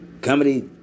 comedy